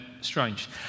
strange